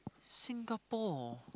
Singapore